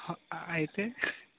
హ అయితే